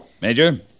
Major